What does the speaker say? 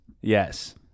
Yes